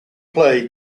play